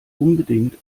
unbedingt